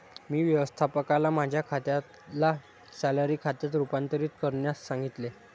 मी व्यवस्थापकाला माझ्या खात्याला सॅलरी खात्यात रूपांतरित करण्यास सांगितले